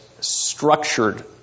structured